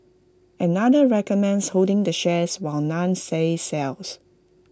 another recommends holding the shares while none says sells